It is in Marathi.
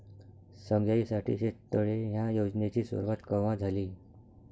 सगळ्याइसाठी शेततळे ह्या योजनेची सुरुवात कवा झाली?